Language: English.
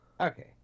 Okay